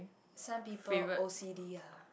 some people O_C_D ah